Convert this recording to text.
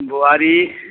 बोआरी